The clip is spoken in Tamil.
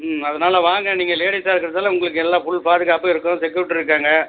ம் அதனால் வாங்க நீங்கள் லேடீஸ்ஸா இருக்கறதால் உங்களுக்கு எல்லா ஃபுல் பாதுகாப்பு இருக்கும் செக்குரிட்டி இருக்காங்க